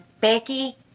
becky